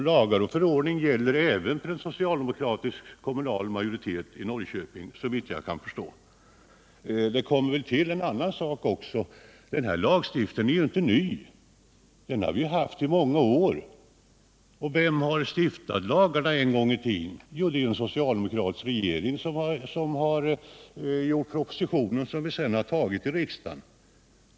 Lagar och förordningar gäller såvitt jag kan förstå även för en socialdemokratisk majoritet i Norrköping. Det är dessutom så att denna lagstiftning inte är ny utan har gällt i många år. Och vem är det som en gång i tiden har genomfört dessa lagbestämmelser? Jo, det är en socialdemokratisk regering som har utarbetat dem i en proposition, vilken sedan har antagits i riksdagen.